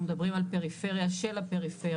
מדברים על הפריפריה של הפריפריה,